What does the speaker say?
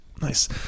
Nice